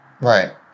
right